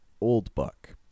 Oldbuck